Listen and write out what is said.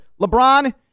LeBron